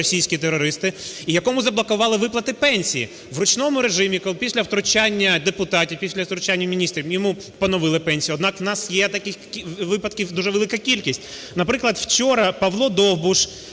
проросійські терористи, і якому заблокували виплату пенсії. У ручному режимі після втручання депутатів, після втручання міністрів йому поновили пенсію. Однак у нас є таких випадків дуже велика кількість. Наприклад, вчора Павло Довбуш,